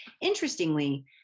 Interestingly